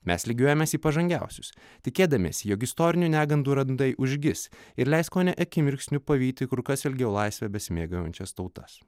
mes lygiuojamės į pažangiausius tikėdamiesi jog istorinių negandų randai užgis ir leis kone akimirksniu pavyti kur kas ilgiau laisve besimėgaujančias tautas